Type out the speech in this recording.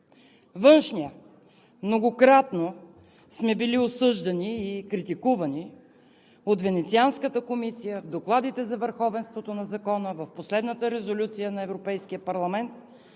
Външният – многократно сме били осъждани и критикувани от Венецианската комисия в докладите за върховенството на закона, в последната резолюция на Европейския парламент